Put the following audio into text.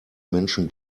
menschen